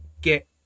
get